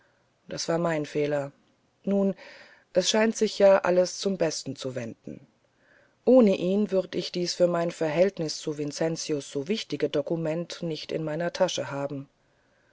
das war mein fehler nun es scheint sich ja alles zum besten zu wenden ohne ihn würde ich dies für mein verhältnis zu vincentius so wichtige dokument nicht in meiner tasche haben